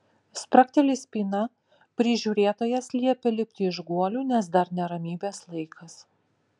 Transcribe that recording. spragteli spyna prižiūrėtojas liepia lipti iš guolių nes dar ne ramybės laikas